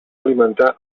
alimentar